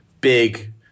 big